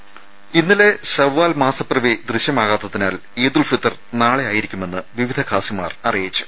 രേര ഇന്നലെ ശവ്വാൽ മാസപ്പിറവി ദൃശ്യമാകാത്തതിനാൽ ഈദുൽ ഫിത്വർ നാളെ ആയിരിക്കുമെന്ന് വിവിധ ഖാസിമാർ അറിയിച്ചു